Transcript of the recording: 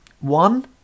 One